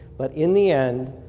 but in the end,